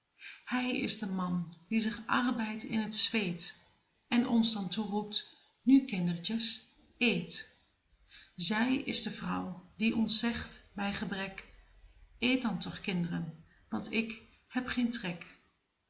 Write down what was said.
hij is de man die zich arbeidt in t zweet en ons dan toeroept nu kindertjes eet zij is de vrouw die ons zegt bij gebrek eet dan toch kind'ren want ik heb geen trek